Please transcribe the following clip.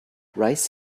rice